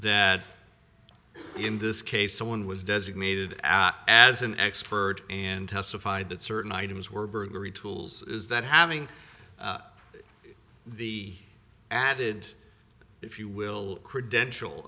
that in this case someone was designated as as an expert and testified that certain items were burglary tools is that having the added if you will credential